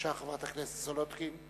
חברת הכנסת סולודקין,